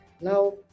Now